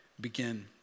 begin